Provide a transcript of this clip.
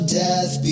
death